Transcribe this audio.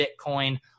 Bitcoin